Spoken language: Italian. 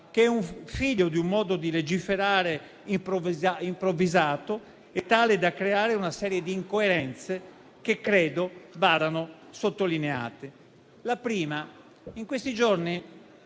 figlio di un modo di legiferare improvvisato e tale da creare una serie di incoerenze, che credo vadano sottolineate. Quanto alla prima, in questi giorni